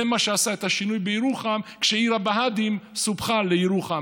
זה מה שעשה את השינוי בירוחם כשעיר הבה"דים סופחה לירוחם,